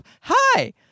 hi